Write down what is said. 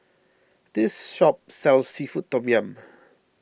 this shop sells Seafood Tom Yum